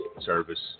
service